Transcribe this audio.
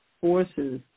forces